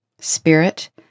Spirit